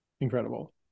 Incredible